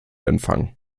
empfangen